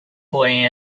boy